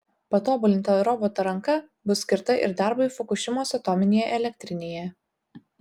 patobulinta roboto ranka bus skirta ir darbui fukušimos atominėje elektrinėje